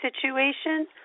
situation